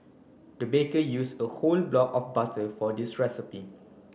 the baker use a whole block of butter for this recipe